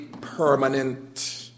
permanent